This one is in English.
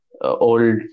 old